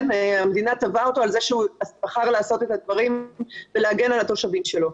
המדינה תבעה אותו על זה שהוא בחר לעשות את הדברים ולהגן על התושבים שלו,